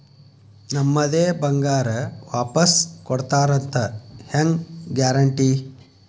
ನಮ್ಮದೇ ಬಂಗಾರ ವಾಪಸ್ ಕೊಡ್ತಾರಂತ ಹೆಂಗ್ ಗ್ಯಾರಂಟಿ?